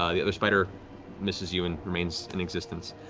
ah the other spider misses you and remains in existence.